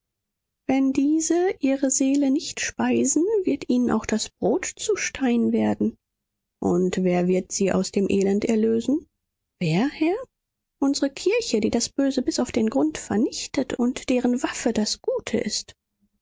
wenn diese ihre seele nicht speisen wird ihnen auch das brot zu stein werden und wer wird sie aus dem elend erlösen wer herr unsere kirche die das böse bis auf den grund vernichtet und deren waffe das gute ist